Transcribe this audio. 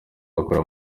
akorera